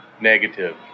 Negative